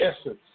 essence